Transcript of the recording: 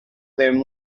them